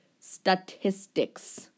statistics